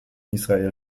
israel